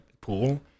pool